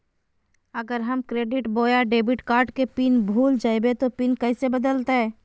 अगर हम क्रेडिट बोया डेबिट कॉर्ड के पिन भूल जइबे तो पिन कैसे बदलते?